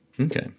Okay